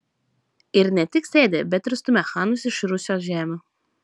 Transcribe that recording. ir ne tik sėdi bet ir stumia chanus iš rusios žemių